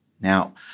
Now